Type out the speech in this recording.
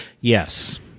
Yes